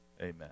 Amen